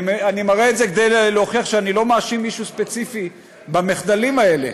אני מראה את זה כדי להוכיח שאני לא מאשים מישהו ספציפי במחדלים האלה,